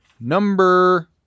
number